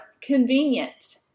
convenient